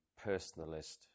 personalist